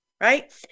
right